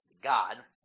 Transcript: God